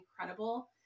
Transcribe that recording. incredible